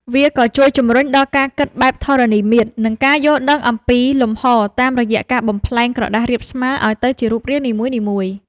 វាក៏ជួយជម្រុញដល់ការគិតបែបធរណីមាត្រ និងការយល់ដឹងអំពីលំហ តាមរយៈការបំប្លែងក្រដាសរាបស្មើឱ្យទៅជារូបរាងអ្វីមួយ។